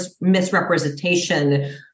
misrepresentation